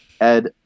Ed